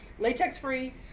Latex-free